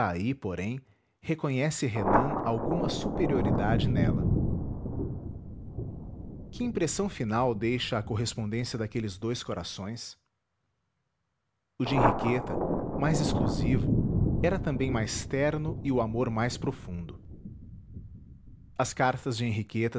aí porém reconhece renan alguma superioridade nela que impressão final deixa a correspondência daqueles dois corações o de henriqueta mais exclusivo era também mais terno e o amor mais profundo as cartas de henriqueta